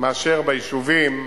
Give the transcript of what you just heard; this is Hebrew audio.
מאשר ביישובים